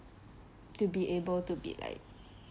to be able be like